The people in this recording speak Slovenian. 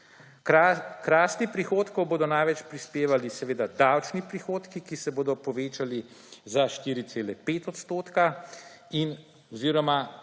K rasti prihodkov bodo največ prispevali seveda davčni prihodki, ki se bodo povečali za 4,5 odstotka oziroma